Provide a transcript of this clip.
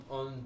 on